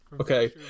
Okay